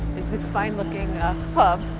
is this fine-looking pub.